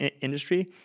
industry